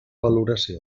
valoració